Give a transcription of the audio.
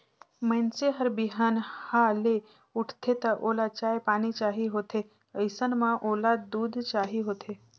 मइनसे हर बिहनहा ले उठथे त ओला चाय पानी चाही होथे अइसन म ओला दूद चाही होथे